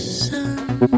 sun